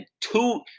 two